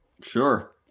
Sure